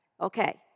Okay